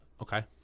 Okay